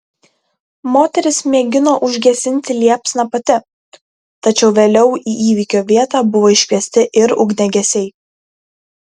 moteris mėgino užgesinti liepsną pati tačiau vėliau į įvykio vietą buvo iškviesti ir ugniagesiai